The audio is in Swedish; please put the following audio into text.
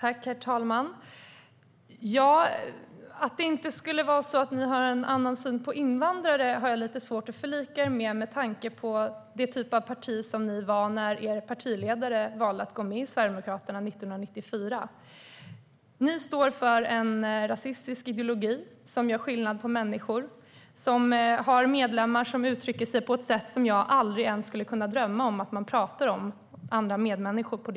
Herr talman! Att ni inte skulle ha en annan syn på invandrare har jag lite svårt att förlika mig med, med tanke på den typ av parti som ni var när er partiledare valde att gå med i Sverigedemokraterna 1994. Ni står för en rasistisk ideologi som gör skillnad på människor och som har medlemmar som uttrycker sig på ett sätt som jag aldrig ens skulle kunna drömma om att man talar om sina medmänniskor på.